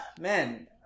man